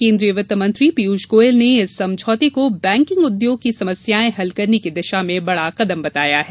केन्द्रीय वित्त मंत्री पीयूष गोयल ने इस समझौते को बैकिंग उद्योग की समस्याएं हल करने की दिशा में बड़ा कदम बताया है